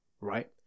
right